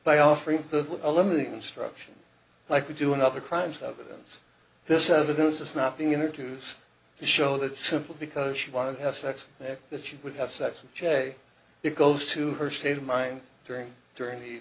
by offering a limited instruction like we do in other crimes of events this evidence is not being introduced to show that simple because she wanted to have sex and that she would have sex with jay it goes to her state of mind during during the